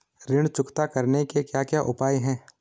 ऋण चुकता करने के क्या क्या उपाय हैं?